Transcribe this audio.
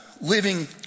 living